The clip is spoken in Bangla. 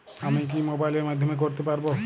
আমি কি মোবাইলের মাধ্যমে করতে পারব?